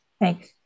Thanks